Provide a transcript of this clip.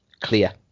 clear